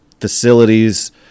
facilities